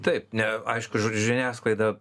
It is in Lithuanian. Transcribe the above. taip ne aišku žiniasklaida